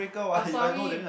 I'm sorry